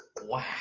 Wow